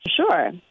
Sure